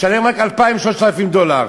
שלם רק 2,000 3,000 דולר.